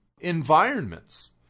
environments